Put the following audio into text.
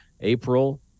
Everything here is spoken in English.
April